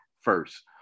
first